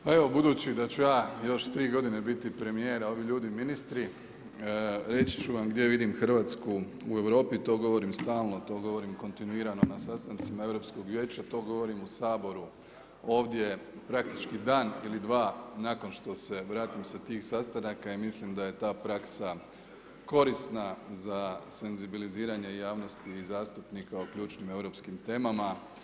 Pa evo budući da ću ja još tri godine biti premijer, a ovi ljudi ministri, reći ću vam gdje vidim Hrvatsku u Europi, to govorim stalno, to govorim kontinuirano na sastancima Europskog vijeća, to govorim u Saboru ovdje praktički dan ili dva nakon što se vratim sa tih sastanaka i mislim da je ta praksa korisna za senzibiliziranje javnosti o zastupnika u ključnim europskim temama.